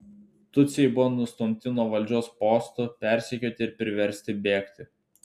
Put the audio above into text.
tutsiai buvo nustumti nuo valdžios postų persekioti ir priversti bėgti